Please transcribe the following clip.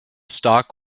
stock